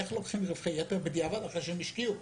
איך לוקחים רווחי יתר בדיעבד אחרי שהם השקיעו?